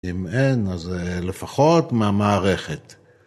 אם אין, אז לפחות מהמערכת.